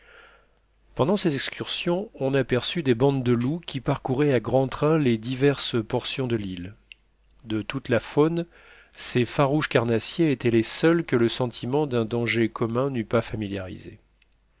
pendant ces excursions on aperçut des bandes de loups qui parcouraient à grand train les diverses portions de l'île de toute la faune ces farouches carnassiers étaient les seuls que le sentiment d'un danger commun n'eût pas familiarisés